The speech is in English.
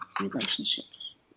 relationships